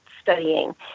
studying